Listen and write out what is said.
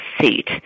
seat